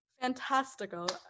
Fantastical